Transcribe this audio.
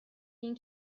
این